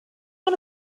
one